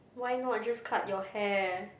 why not just cut your hair